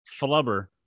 Flubber